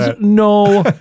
no